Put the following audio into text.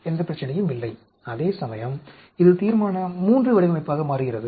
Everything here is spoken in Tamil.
எந்த பிரச்சனையும் இல்லை அதேசமயம் இது தீர்மான III வடிவமைப்பாக மாறுகிறது